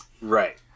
Right